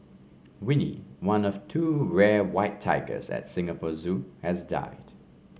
Winnie one of two rare white tigers at Singapore Zoo has died